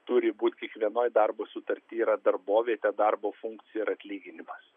turi būt kiekvienoj darbo sutarty yra darbovietė darbo funkcija ir atlyginimas